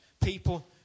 people